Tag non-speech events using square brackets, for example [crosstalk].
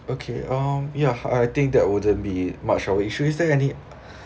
okay um yeah I think that wouldn't be much of a issue is there any [breath]